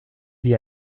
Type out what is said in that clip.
vit